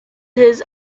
his